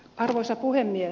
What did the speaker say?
arvoisa puhemies